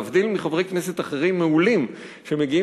להבדיל מחברי כנסת אחרים מעולים שמגיעים